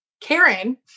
Karen